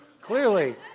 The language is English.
Clearly